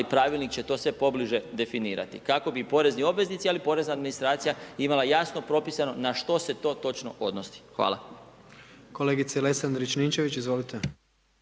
pravilnik će to sve pobliže definirati kako bi porezni obveznici ali i porezna administracija imala jasno propisano na što se to točno odnosi. Hvala. **Jandroković, Gordan